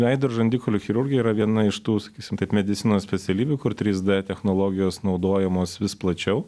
veido ir žandikaulių chirurgija yra viena iš tų sakysim taip medicinos specialybių kur trys d technologijos naudojamos vis plačiau